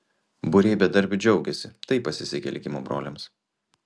būriai bedarbių džiaugiasi tai pasisekė likimo broliams